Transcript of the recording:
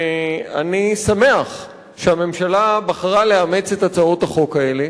אני שמח שהממשלה בחרה לאמץ את הצעות החוק האלה